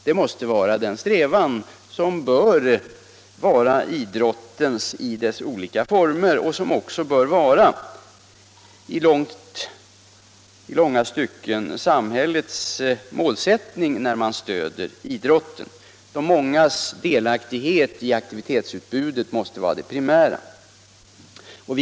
Det bör vara idrottens strävan i dess olika former och samhällets målsättning för stödet till idrotten. De mångas delaktighet i aktivitetsutbudet måste vara det primära.